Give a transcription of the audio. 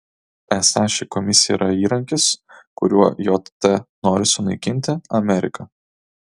esą ši komisija yra įrankis kuriuo jt nori sunaikinti ameriką